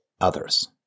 others